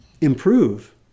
improve